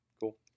cool